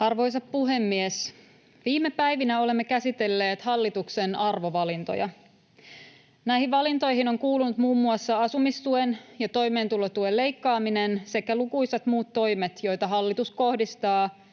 Arvoisa puhemies! Viime päivinä olemme käsitelleet hallituksen arvovalintoja. Näihin valintoihin ovat kuuluneet muun muassa asumistuen ja toimeentulotuen leikkaaminen sekä lukuisat muut toimet, joita hallitus kohdistaa